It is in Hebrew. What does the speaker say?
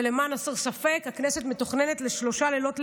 ולמען הסר ספק, הכנסת מתוכננת לשלושה לילות לבנים,